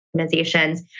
organizations